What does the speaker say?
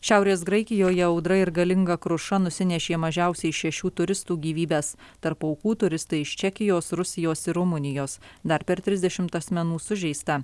šiaurės graikijoje audra ir galinga kruša nusinešė mažiausiai šešių turistų gyvybes tarp aukų turistai iš čekijos rusijos ir rumunijos dar per trisdešimt asmenų sužeista